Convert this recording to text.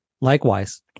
Likewise